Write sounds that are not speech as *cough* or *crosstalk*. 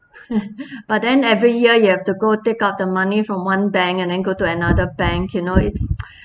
*laughs* but then every year you have to go take out the money from one bank and then go to another bank you know it's *noise*